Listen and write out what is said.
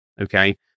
Okay